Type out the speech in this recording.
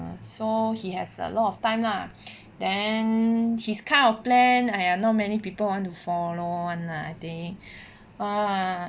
so he has a lot of time lah then his kind of plan !aiya! not many people want to follow [one] lah I think no lah